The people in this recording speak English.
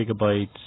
gigabytes